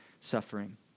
suffering